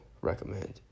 recommend